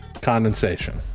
Condensation